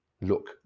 look